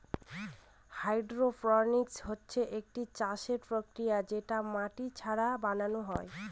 hydroponics হচ্ছে একটি চাষের প্রক্রিয়া যেটা মাটি ছাড়া বানানো হয়